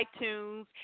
iTunes